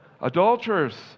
Adulterers